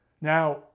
Now